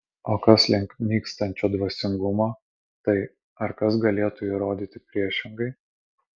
o kas link nykstančio dvasingumo tai ar kas galėtų įrodyti priešingai